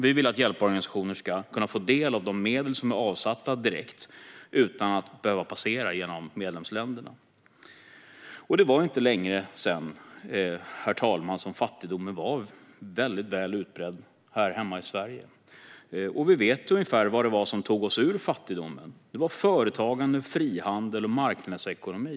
Vi vill att hjälporganisationer ska kunna få del av de medel som är avsatta direkt, utan att medlen ska behöva passera genom medlemsländerna. Det var inte länge sedan, herr talman, som fattigdomen var väldigt utbredd här hemma i Sverige. Vi vet ungefär vad det var som tog oss ur fattigdomen. Det var företagande, frihandel och marknadsekonomi.